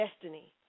destiny